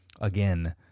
again